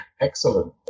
Excellent